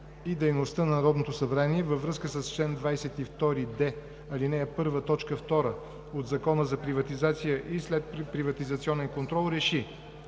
и дейността на Народното събрание във връзка с чл. 22д, ал. 1, т. 2 от Закона за приватизация и следприватизационен контрол РЕШИ: